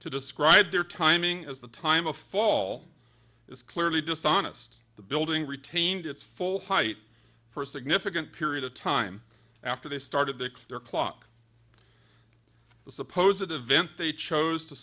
to describe their timing as the time of fall is clearly dishonest the building retained its full height for a significant period of time after they started their their clock the supposed that event they chose to